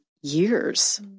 years